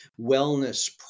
wellness